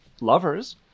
lovers